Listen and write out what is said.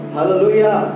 Hallelujah